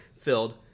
filled